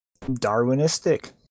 Darwinistic